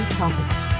topics